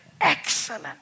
excellent